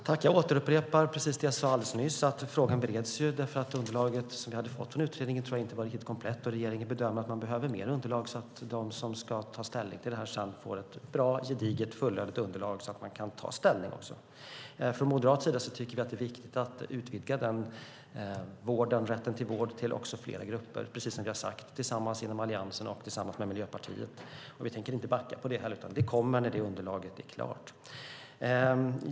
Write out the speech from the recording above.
Fru talman! Jag upprepar precis det jag sade alldeles nyss. Frågan bereds. Jag tror att underlaget, som vi hade fått från utredningen, inte var riktigt komplett. Regeringen bedömer att man behöver mer underlag, så att de som ska ta ställning till det här sedan får ett bra, gediget och fullödigt underlag, så att de också kan ta ställning. Från moderat sida tycker vi att det är viktigt att utvidga rätten till vård också till fler grupper, precis som vi har sagt tillsammans inom Alliansen och tillsammans med Miljöpartiet. Vi tänker inte backa från det heller, utan det kommer när det underlaget är klart.